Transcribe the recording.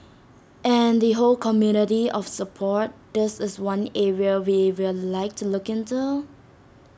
and the whole community of support this is one area we will like to look into